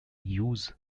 use